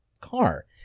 car